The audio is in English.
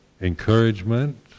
encouragement